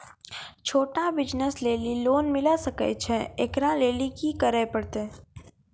छोटा बिज़नस लेली लोन मिले सकय छै? एकरा लेली की करै परतै